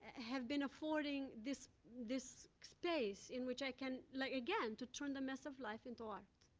have been affording this this space in which i can, like again, to turn the mess of life into art.